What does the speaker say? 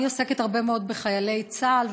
אני עוסקת הרבה מאוד בחיילי צה"ל,